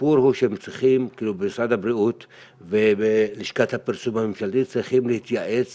הסיפור הוא שמשרד הבריאות ולשכת הפרסום הממשלתית צריכים להתייעץ